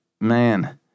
Man